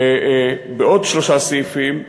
ובעוד שלושה סעיפים,